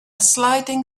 sliding